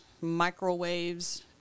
microwaves